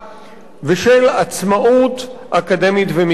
ושל עצמאות אקדמית ומקצועית.